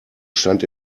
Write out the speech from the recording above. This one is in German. stand